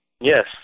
Yes